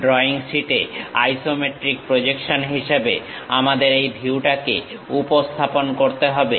drawing শীটে isometric projection হিসাবে আমাদের এই ভিউটাকে উপস্থাপন করতে হবে